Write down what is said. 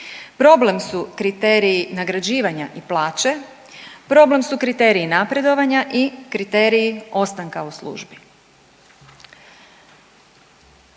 problem su kriteriji nagrađivanja i plaće, problem su kriteriji napredovanja i kriteriji ostanka u službi.